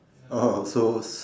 oh oh also